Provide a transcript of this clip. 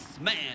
man